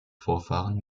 vorfahren